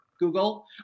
Google